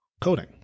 coding